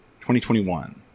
2021